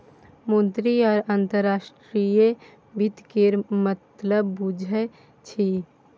मुन्नी अहाँ अंतर्राष्ट्रीय वित्त केर मतलब बुझैत छी